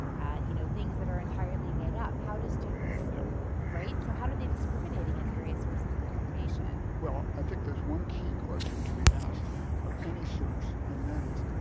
ah you know, things that are entirely made up. how do students. yeah right? so how do they discriminate against various sources of information? well, i think there's one key question to be asked of any source. and that is,